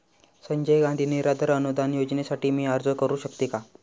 संजय गांधी निराधार अनुदान योजनेसाठी मी अर्ज करू शकते का?